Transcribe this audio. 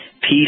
Peace